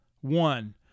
One